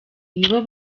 nibo